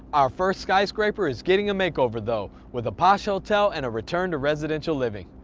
our first sky scraper is getting a makeover though, with a posh hotel and a return to residential living!